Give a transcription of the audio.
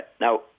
Now